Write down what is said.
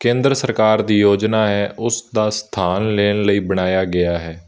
ਕੇਂਦਰ ਸਰਕਾਰ ਦੀ ਯੋਜਨਾ ਹੈ ਉਸ ਦਾ ਸਥਾਨ ਲੈਣ ਲਈ ਬਣਾਇਆ ਗਿਆ ਹੈ